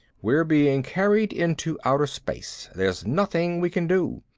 we're being carried into outer space. there's nothing we can do.